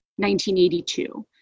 1982